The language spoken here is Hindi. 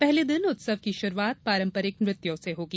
पहले दिन उत्सव की शुरूआत पारम्परिक नृत्यों से होगी